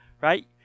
right